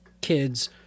kids